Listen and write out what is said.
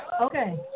Okay